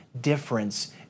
difference